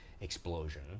explosion